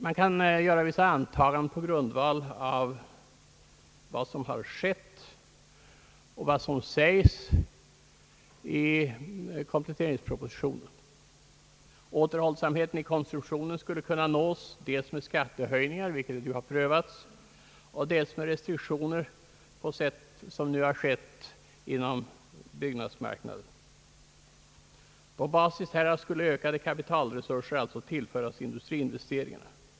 Man kan göra vissa antaganden på grundval av vad som har skett och av vad som uttalas i kompletteringspropositionen. Återhållsamheten i konsumtionen skulle kunna uppnås dels med skattehöjningar, vilket ju har prövats, dels med restriktioner på sätt som nu har tillämpats på byggnadsmarknaden. På basis härav skulle alltså ökade kapitalresurser tillföras industriinvesteringarna.